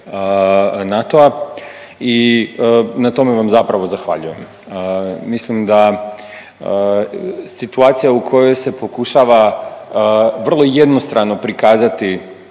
NATO-a i na tome vam zapravo zahvaljujem. Mislim da situacija u kojoj se pokušava vrlo jednostrano prikazati